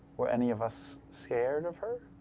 were any of us scared of her?